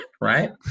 right